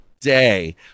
day